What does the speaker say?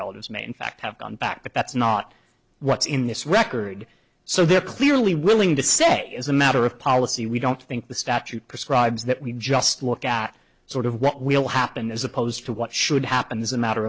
relatives may in fact have gone back but that's not what's in this record so they're clearly willing to say as a matter of policy we don't think the statute prescribes that we just look at sort of what will happen as opposed to what should happen is a matter